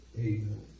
amen